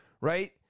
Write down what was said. Right